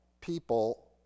people